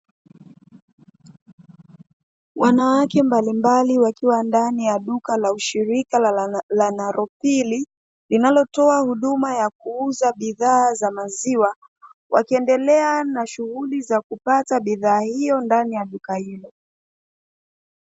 Wanawake mbalimbali wakiwa ndani ya duka la ushirika la "NAROPIL", linalotoa huduma ya kuuza bidhaa za maziwa. Wakiendelea na shughuli za kupata bidhaa hiyo ndani ya duka hilo.